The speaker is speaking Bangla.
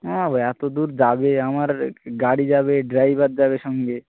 না গো এত দূর যাবে আমার গাড়ি যাবে ড্রাইভার যাবে সঙ্গে